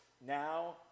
now